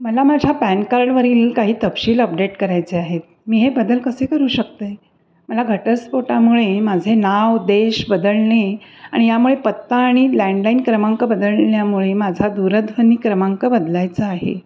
मला माझ्या पॅन कार्डवरील काही तपशील अपडेट करायचे आहेत मी हे बदल कसे करू शकते मला घटस्फोटामुळे माझे नाव देश बदलणे आणि यामुळे पत्ता आणि लँडलाईन क्रमांक बदलण्यामुळे माझा दूरध्वनी क्रमांक बदलायचा आहे